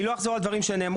אני לא אחזור על דברים שנאמרו,